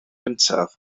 gyntaf